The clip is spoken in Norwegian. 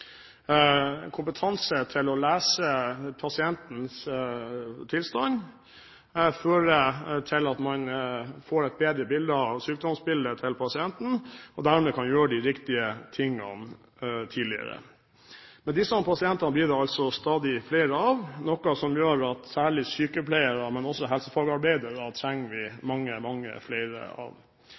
Kompetanse til å lese pasientens tilstand fører til at man får et bedre sykdomsbilde av pasienten og dermed kan gjøre de riktige tingene tidligere. Men disse pasientene blir det stadig flere av, noe som gjør at vi trenger mange flere sykepleiere, særlig, men også helsefagarbeidere. Samhandlingsreformen vil også kreve at vi